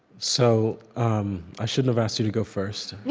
so i shouldn't have asked you to go first yeah